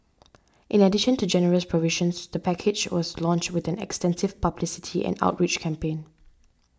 in addition to generous provisions the package was launched with an extensive publicity and outreach campaign